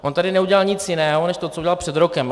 On tady neudělal nic jiného než to, co udělal před rokem.